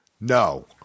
No